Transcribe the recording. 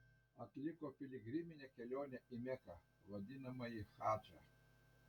atliko piligriminę kelionę į meką vadinamąjį hadžą